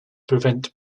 prevent